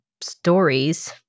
stories